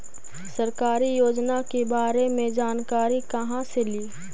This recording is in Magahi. सरकारी योजना के बारे मे जानकारी कहा से ली?